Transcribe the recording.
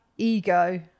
Ego